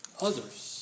Others